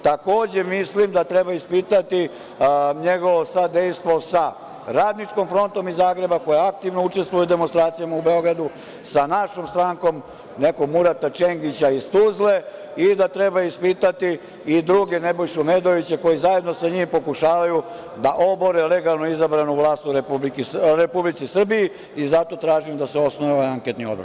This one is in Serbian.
Takođe, mislim da treba ispitati njegovo sadejstvo sa Radničkog fronta iz Zagreba, koja aktivno učestvuje demonstracijama u Beogradu sa našom strankom nekog Murata Čengića iz Tuzle i da treba ispitati i druge, Nebojšu Medovića, koji zajedno sa njim pokušavaju da obore legalno izabranu vlast u Republici Srbiji i zato tražim da se osnuje ovaj anketni odbor.